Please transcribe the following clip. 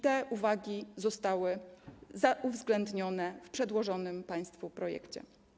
Te uwagi zostały uwzględnione w przedłożonym państwu projekcie.